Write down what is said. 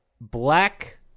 Black